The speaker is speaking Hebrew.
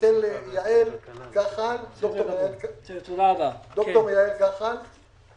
ניתן לד"ר יעל קחל להציג את המצגת.